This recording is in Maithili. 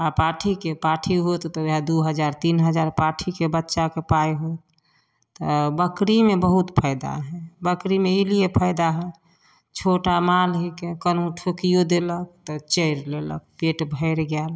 आ पाठीके पाठी होत तऽ ओहए दू हजार तीन हजार पाठीके बच्चाके पाइ हइ तऽ बकरीमे बहुत फायदा हइ बकरीमे ई लिए फायदा हइ छोटा माल हइके कनहो ठोकियो देलक तऽ चैरि लेलक पेट भरि गेल